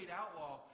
outlaw